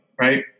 right